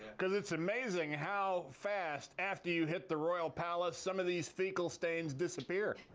because it's amazing how fast after you hit the royal palace, some of these fecal stains disappear.